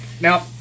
now